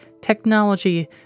technology